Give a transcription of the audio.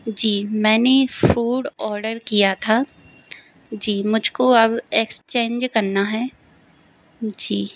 जी मैंने food order किया था जी मुझको अब एक्सचेंज करना है जी